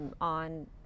on